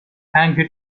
hunger